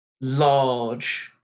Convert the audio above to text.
Large